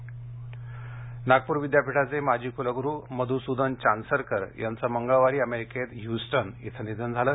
निधन चांसरकर नागपूर विद्यापीठाचे माजी कुलगुरू मधुसूदन चांसरकर यांचं मंगळवारी अमेरिकेत ह्युस्टन इथं निधन झालं